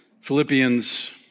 Philippians